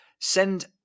send